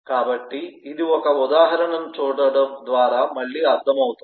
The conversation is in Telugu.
కాబట్టి ఇది ఒక ఉదాహరణను చూడటం ద్వారా మళ్ళీ అర్థం అవుతుంది